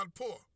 poor